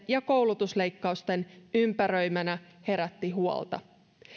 ja koulutusleikkausten ympäröimänä herättivät huolta